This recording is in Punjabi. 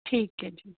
ਠੀਕ ਹੈ ਜੀ